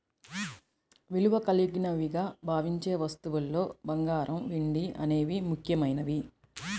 విలువ కలిగినవిగా భావించే వస్తువుల్లో బంగారం, వెండి అనేవి ముఖ్యమైనవి